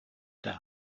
der